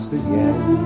again